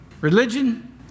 religion